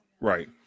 Right